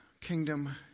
kingdom